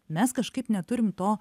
mes kažkaip neturim to